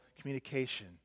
communication